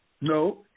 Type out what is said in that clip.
No